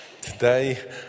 Today